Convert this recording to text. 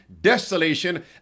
desolation